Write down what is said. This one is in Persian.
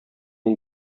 اون